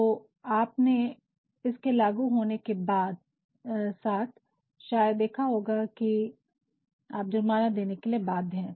तो आपने इसके लागू होने के साथ शायद देखा होगा कि आप जुर्माना देने के लिए बाध्य है